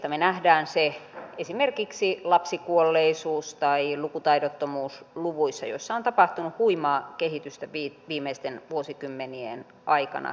me näemme sen esimerkiksi lapsikuolleisuus tai lukutaidottomuusluvuissa joissa on tapahtunut huimaa kehitystä viimeisten vuosikymmenien aikana kehitysmaissa